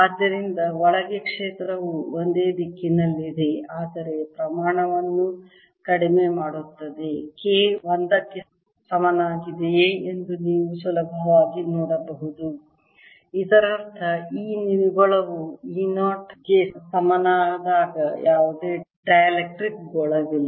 ಆದ್ದರಿಂದ ಒಳಗೆ ಕ್ಷೇತ್ರವು ಒಂದೇ ದಿಕ್ಕಿನಲ್ಲಿದೆ ಆದರೆ ಪ್ರಮಾಣವನ್ನು ಕಡಿಮೆ ಮಾಡುತ್ತದೆ K 1 ಕ್ಕೆ ಸಮನಾಗಿದೆಯೇ ಎಂದು ನೀವು ಸುಲಭವಾಗಿ ನೋಡಬಹುದು ಇದರರ್ಥ E ನಿವ್ವಳವು E 0 ಗೆ ಸಮನಾದಾಗ ಯಾವುದೇ ಡೈಎಲೆಕ್ಟ್ರಿಕ್ ಗೋಳವಿಲ್ಲ